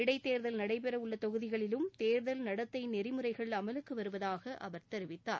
இடைத்தேர்தல் நடைபெறவுள்ள தொகுதிகளிலும் தேர்தல் நடத்தை நெறிமுறைகள் அமலுக்கு வருவதாக அவர் தெரிவித்தார்